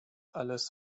alles